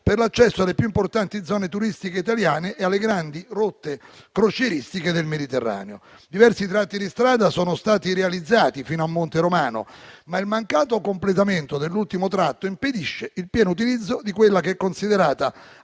per l'accesso alle più importanti zone turistiche italiane e alle grandi rotte crocieristiche del Mediterraneo. Diversi tratti di strada sono stati realizzati fino a Monte Romano, ma il mancato completamento dell'ultimo tratto impedisce il pieno utilizzo di quella che è considerata